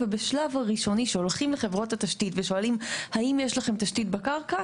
ושבשלב הראשוני שולחים לחברות התשית ושואלים האם יש להן תשתית בקרקע,